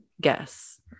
guess